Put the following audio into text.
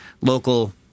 local